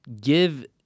give